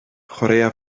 chwaraea